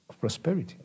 Prosperity